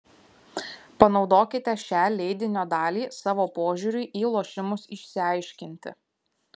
panaudokite šią leidinio dalį savo požiūriui į lošimus išsiaiškinti